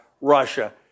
Russia